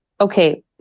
okay